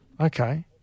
Okay